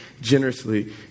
generously